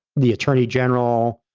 the attorney general,